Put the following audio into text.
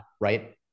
Right